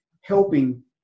helping